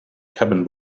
cabin